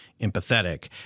empathetic